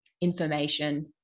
information